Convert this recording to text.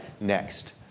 next